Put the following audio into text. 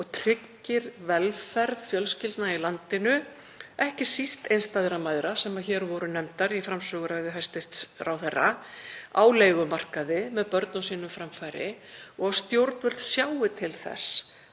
og tryggir velferð fjölskyldnanna í landinu, ekki síst einstæðra mæðra, sem nefndar voru í framsöguræðu hæstv. ráðherra, á leigumarkaði með börn á sínu framfæri og stjórnvöld sjái til þess